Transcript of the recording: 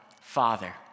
Father